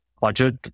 budget